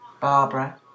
Barbara